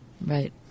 Right